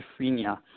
schizophrenia